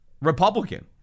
Republican